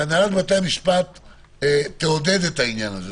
שהנהלת בתי המשפט תעודד את העניין הזה.